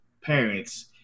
parents